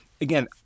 again